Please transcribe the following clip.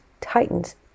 tightens